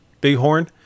bighorn